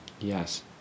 Yes